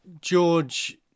George